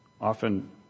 Often